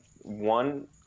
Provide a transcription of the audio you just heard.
One